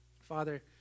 Father